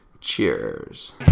Cheers